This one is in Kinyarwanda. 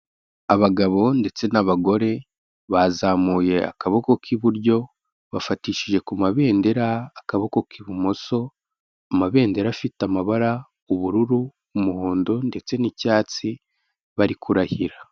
Abagabo ndetse n'abagore bazamuye akaboko k'iburyo, bafatishije ku mabendera akaboko k'ibumoso, amabendera afite amabara ubururu, umuhondo ndetse n'icyatsi, bari kurahira.